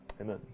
Amen